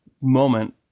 moment